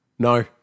No